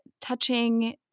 touching